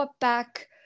back